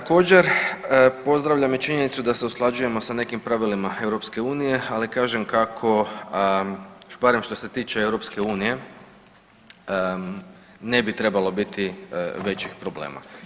Također pozdravljam i činjenicu da se usklađujemo sa nekim pravilima EU, ali kažem kako, barem što se tiče EU ne bi trebalo biti većih problema.